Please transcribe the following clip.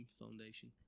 foundation